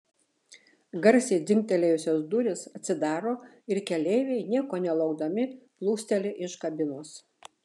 garsiai dzingtelėjusios durys atsidaro ir keleiviai nieko nelaukdami plūsteli iš kabinos